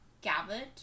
gathered